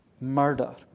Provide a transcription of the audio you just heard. murder